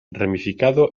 ramificado